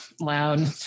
loud